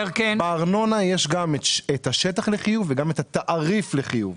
בארנונה יש גם את השטח לחיוב וגם את התעריף לחיוב.